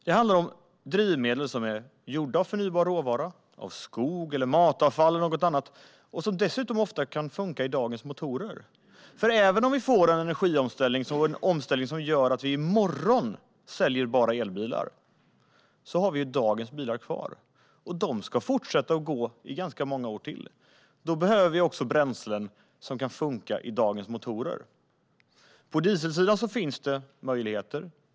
Det handlar om drivmedel som är gjorda av förnybar råvara - skog, matavfall eller annat - och som dessutom ofta funkar i dagens motorer. Även om vi får en energiomställning som gör att vi i morgon bara säljer elbilar har vi ju dagens bilar kvar, och de ska fortsätta gå i ganska många år till. Då behöver vi också bränslen som funkar i dagens motorer. På dieselsidan finns det möjligheter.